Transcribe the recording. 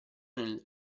nel